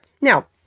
now